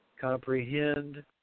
comprehend